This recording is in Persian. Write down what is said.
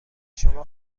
شما